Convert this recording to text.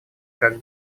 как